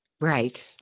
right